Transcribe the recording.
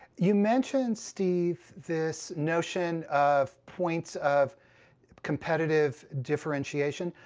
you mentioned steve, this notion of points of competitive differentiation.